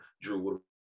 Drew